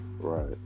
Right